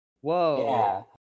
Whoa